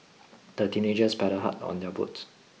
the teenagers paddled hard on their boat